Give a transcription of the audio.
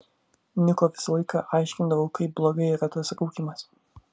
niko visą laiką aiškindavau kaip blogai yra tas rūkymas